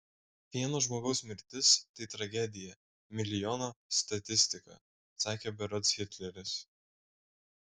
vieno žmogaus mirtis tai tragedija milijono statistika sakė berods hitleris